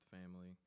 family